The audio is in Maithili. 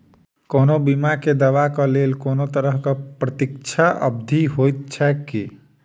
कोनो बीमा केँ दावाक लेल कोनों तरहक प्रतीक्षा अवधि होइत छैक की?